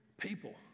People